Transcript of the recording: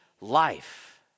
life